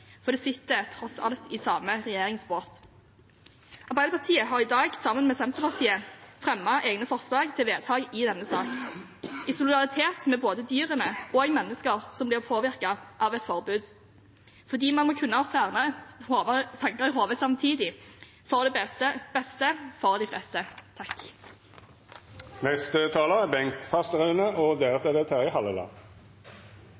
for de sitter tross alt i samme regjeringsbåt. Arbeiderpartiet har i dag sammen med Senterpartiet fremmet egne forslag til vedtak i denne saken, i solidaritet med både dyrene og mennesker som blir påvirket av et forbud, fordi man må kunne ha flere tanker i hodet samtidig – for det beste for de fleste. Etter en lang debatt, med forskjellig vinkling, vil jeg gå litt tilbake til basis: Hva er